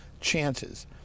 chances